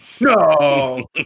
No